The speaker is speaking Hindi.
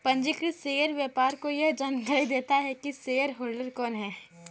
पंजीकृत शेयर व्यापार को यह जानकरी देता है की शेयरहोल्डर कौन है